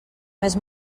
més